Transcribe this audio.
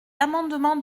amendement